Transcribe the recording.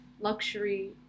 luxury